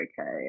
okay